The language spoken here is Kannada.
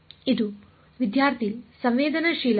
ಇದು ವಿದ್ಯಾರ್ಥಿ ಸಂವೇದನಾಶೀಲತೆ